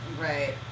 Right